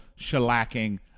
shellacking